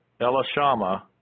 Elishama